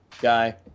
guy